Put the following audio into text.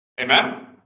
Amen